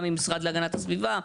גם עם משרד הגנת הסביבה,